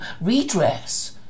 redress